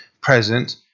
present